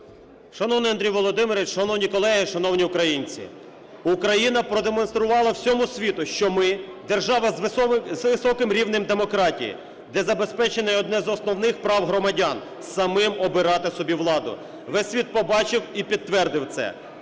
Шановний Андрій Володимирович, шановні колеги, шановні українці! Україна продемонструвала всьому світу, що ми держава з високим рівнем демократії, де забезпечене одне з основних прав громадян – самим обирати собі владу. Весь світ побачив і підтвердив це.